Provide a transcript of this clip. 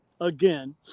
again